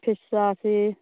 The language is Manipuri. ꯆꯥꯁꯤ